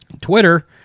Twitter